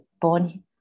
born